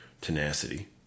Tenacity